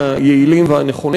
היעילים והנכונים,